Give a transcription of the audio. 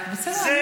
בסדר, אני דייקתי.